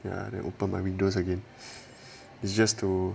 ya then open my windows again it's just to